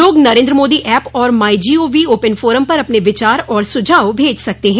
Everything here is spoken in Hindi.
लोग नरेन्द्र मोदी ऐप और माईजीओवी ओपन फोरम पर अपने विचार और सुझाव भेज सकते हैं